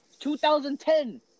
2010